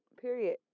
Period